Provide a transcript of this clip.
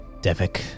Devik